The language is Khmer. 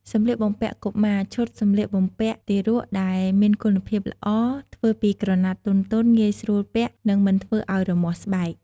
សម្លៀកបំពាក់កុមារ ឈុតសម្លៀកបំពាក់ទារកដែលមានគុណភាពល្អ ធ្វើពីក្រណាត់ទន់ៗ ងាយស្រួលពាក់ និងមិនធ្វើឲ្យរមាស់ស្បែក។